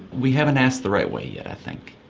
we haven't asked the right way yet i think.